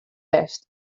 west